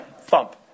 Thump